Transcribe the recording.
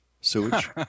Sewage